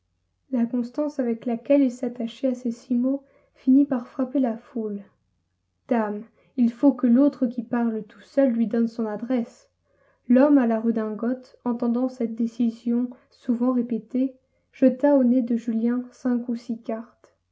constance avec laquelle il s'attachait à ces six mots finit par frapper la foule dame il faut que l'autre qui parle tout seul lui donne son adresse l'homme à la redingote entendant cette décision souvent répétée jeta au nez de julien cinq ou six cartes